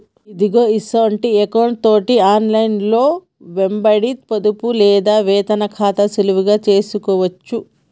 ఇదిగో ఇన్షాల్టీ ఎకౌంటు తోటి ఆన్లైన్లో వెంబడి పొదుపు లేదా వేతన ఖాతాని సులువుగా తెలుసుకోవచ్చు